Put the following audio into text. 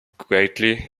greatly